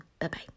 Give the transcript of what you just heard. Bye-bye